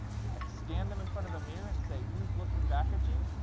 you stand them in front of a mirror and say, who's looking back at you?